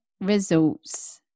results